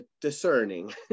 discerning